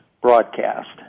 broadcast